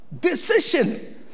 Decision